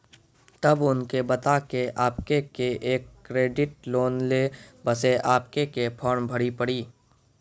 तब उनके बता के आपके के एक क्रेडिट लोन ले बसे आपके के फॉर्म भरी पड़ी?